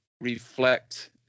reflect